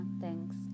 thanks